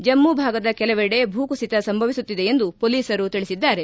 ಜಮ್ಮ ಭಾಗದ ಕೆಲವೆಡೆ ಭೂ ಕುಸಿತ ಸಂಭವಿಸುತ್ತಿದೆ ಎಂದು ಪೊಲೀಸರು ತಿಳಿಸಿದ್ದಾರೆ